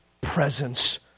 presence